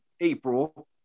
April